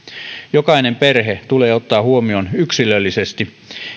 jokainen perhe tulee ottaa huomioon yksilöllisesti